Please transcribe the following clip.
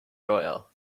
doyle